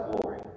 glory